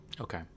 okay